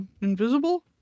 invisible